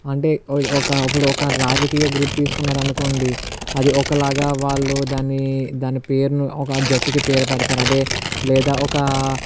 అంటే ఒక ఇప్పుడు ఒక రాజకీయ గ్రూప్ తీసుకున్నారు అనుకోండి అది ఒకలాగా వాళ్ళు దాన్ని దాని పేరును ఒక జట్టుకి పేరు పెడుతారు అదే లేదా ఒక